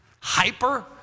hyper